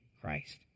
Christ